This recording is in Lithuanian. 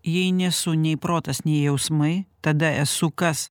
jai nesu nei protas nei jausmai tada esu kas